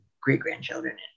great-grandchildren